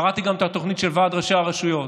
קראתי גם את התוכנית של ועד ראשי הרשויות,